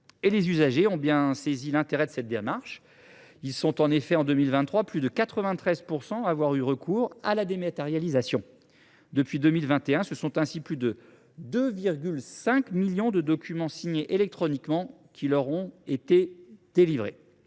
Les usagers ont bien saisi l’intérêt de cette démarche : en 2023, plus de 93 % d’entre eux ont opté pour la dématérialisation. Depuis 2021, ce sont ainsi plus de 2,5 millions de documents signés électroniquement qui leur ont été délivrés.